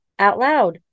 OUTLOUD